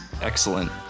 excellent